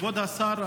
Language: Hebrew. כבוד השר,